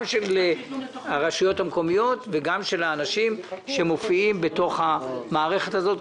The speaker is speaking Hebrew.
גם של הרשויות המקומיות וגם של האנשים שמופיעים במערכת הזאת.